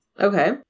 okay